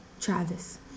Travis